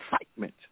excitement